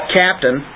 captain